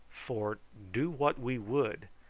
for, do what we would,